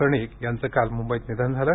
कर्णिक यांचं काल मुंबईत निधन झालं